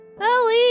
Ellie